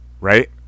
Right